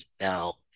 now